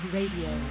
Radio